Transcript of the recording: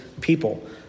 people